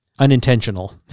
unintentional